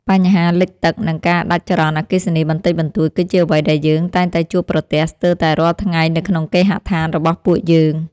បញ្ហាលេចទឹក និងការដាច់ចរន្តអគ្គិសនីបន្តិចបន្តួច គឺជាអ្វីដែលយើងតែងតែជួបប្រទះស្ទើរតែរាល់ថ្ងៃនៅក្នុងគេហដ្ឋានរបស់ពួកយើង។